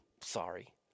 sorry